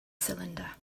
cylinder